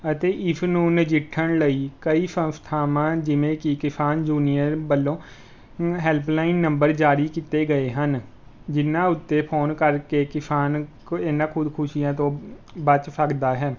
ਅਤੇ ਇਸ ਨੂੰ ਨਜਿੱਠਣ ਲਈ ਕਈ ਸੰਸਥਾਵਾਂ ਜਿਵੇਂ ਕਿ ਕਿਸਾਨ ਯੂਨੀਅਨ ਵੱਲੋਂ ਹੈਲਪਲਾਈਨ ਨੰਬਰ ਜਾਰੀ ਕੀਤੇ ਗਏ ਹਨ ਜਿਨ੍ਹਾਂ ਉੱਤੇ ਫੋਨ ਕਰਕੇ ਕਿਸਾਨ ਖ ਇਨ੍ਹਾਂ ਖੁਦਕੁਸ਼ੀਆਂ ਤੋਂ ਬਚ ਸਕਦਾ ਹੈ